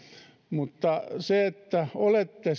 mutta se että olette